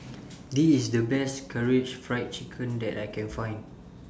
This IS The Best Karaage Fried Chicken that I Can Find